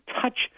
touch